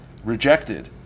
Rejected